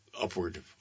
upward